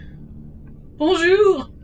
Bonjour